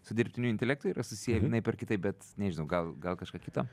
su dirbtiniu intelektu yra susiję vienaip ar kitaip bet nežinau gal gal kažką kitą